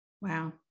Wow